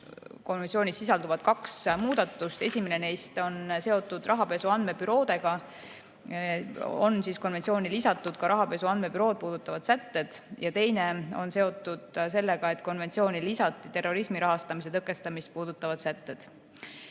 konventsioonis sisalduvad kaks muudatust. Esimene neist on seotud rahapesu andmebüroodega, konventsiooni on lisatud ka rahapesu andmebürood puudutavad sätted. Ja teine on seotud sellega, et konventsiooni lisati terrorismi rahastamise tõkestamist puudutavad sätted.